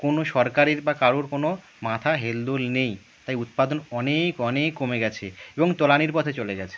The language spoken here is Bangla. কোনও সরকারের বা কারোর কোনও মাথা হেলদোল নেই তাই উৎপাদন অনেক অনেক কমে গেছে এবং তলানির পথে চলে গেছে